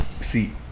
See